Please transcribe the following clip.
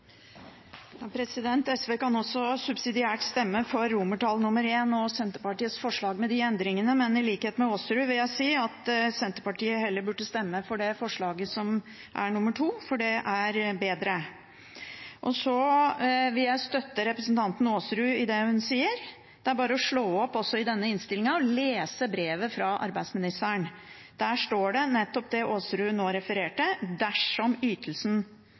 SV kan også subsidiært stemme for I og Senterpartiets forslag med disse endringene, men i likhet med representanten Aasrud vil jeg si at Senterpartiet heller burde stemme for forslag nr. 2, for det er bedre. Så vil jeg støtte representanten Aasrud i det hun sier. Det er bare å slå opp i innstillingen og lese brevet fra arbeidsministeren. Der står det nettopp det representanten Aasrud nå refererte: «dersom ytelsen